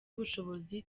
ubushobozi